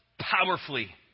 powerfully